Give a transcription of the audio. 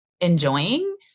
enjoying